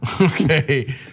Okay